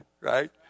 right